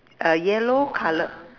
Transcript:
uh yellow coloured